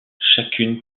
chacune